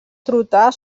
trotar